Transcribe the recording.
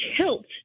tilt